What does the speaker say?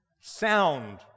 sound